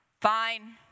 fine